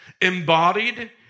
embodied